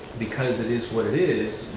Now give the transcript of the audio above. because it is what it is,